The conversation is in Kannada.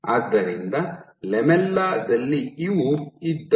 ಆದ್ದರಿಂದ ಲ್ಯಾಮೆಲ್ಲಾ ದಲ್ಲಿ ಇವು ಇದ್ದವು